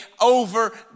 over